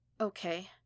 Okay